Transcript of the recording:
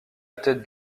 ted